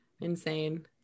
insane